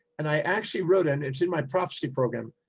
and i actually wrote in it's in my prophecy program,